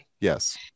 Yes